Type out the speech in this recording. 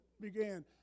began